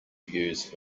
use